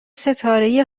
ستاره